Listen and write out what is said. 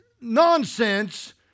nonsense